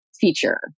feature